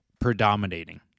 predominating